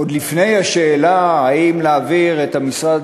עוד לפני השאלה האם להעביר את המשרד